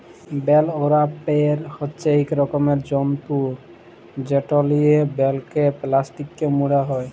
bell wrapper হছে ইক রকমের যল্তর যেট লিয়ে বেলকে পেলাস্টিকে মুড়া হ্যয়